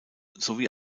sowie